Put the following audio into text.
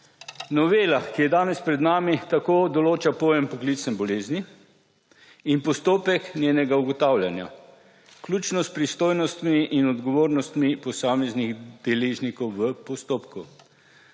Novela, ki je danes pred nami, tako določa pojem poklicne bolezni in postopek njenega ugotavljanja, vključno s pristojnostmi in odgovornostmi posameznih deležnikov v postopku.